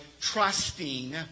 trusting